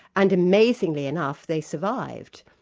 and amazingly enough, they survived,